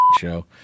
show